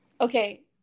Okay